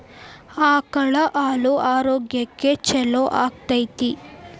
ಆಕಳ ಹಾಲು ಆರೋಗ್ಯಕ್ಕೆ ಛಲೋ ಆಕ್ಕೆತಿ?